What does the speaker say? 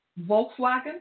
Volkswagen